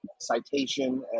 Citation